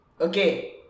Okay